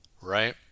right